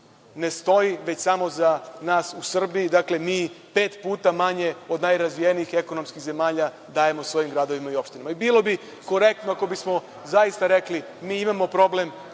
ne stoji, već samo za nas u Srbiji. Dakle, mi pet puta manje od najrazvijenijih ekonomskih zemalja dajemo svojim gradovima i opštinama. Bilo bi korektno ako bismo zaista rekli - mi imamo problem,